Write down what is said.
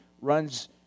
runs